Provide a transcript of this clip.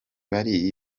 bari